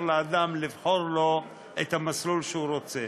לאדם לבחור לו את המסלול שהוא רוצה.